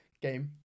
game